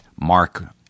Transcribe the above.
Mark